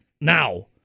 now